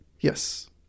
Yes